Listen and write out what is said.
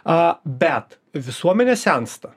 a bet visuomenė sensta